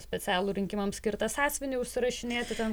specialų rinkimams skirtą sąsiuvinį užsirašinėti ten